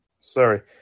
sorry